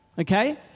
okay